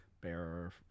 bearer